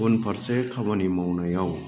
उनफारसे खामानि मावनायाव